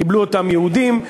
קיבלו אותם יהודים,